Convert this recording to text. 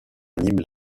animent